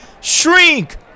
Shrink